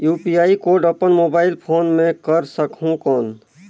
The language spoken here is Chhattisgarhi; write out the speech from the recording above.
यू.पी.आई कोड अपन मोबाईल फोन मे कर सकहुं कौन?